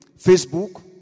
Facebook